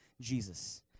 Jesus